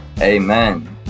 Amen